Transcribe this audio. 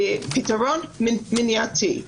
ופתרון מניעתי.